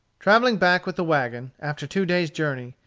travelling back with the wagon, after two days' journey,